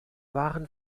waren